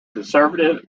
conservative